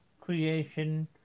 creation